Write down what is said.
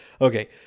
okay